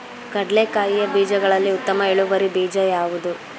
ಕಡ್ಲೆಕಾಯಿಯ ಬೀಜಗಳಲ್ಲಿ ಉತ್ತಮ ಇಳುವರಿ ಬೀಜ ಯಾವುದು?